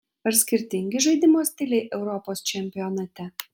ar skirtingi žaidimo stiliai europos čempionate